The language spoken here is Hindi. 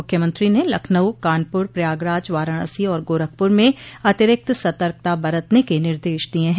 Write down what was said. मुख्यमंत्री ने लखनऊ कानपुर प्रयागराज वाराणसी और गोरखपुर में अतिरिक्त सतर्कता बरतने के निर्देश दिये है